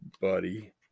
Buddy